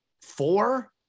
four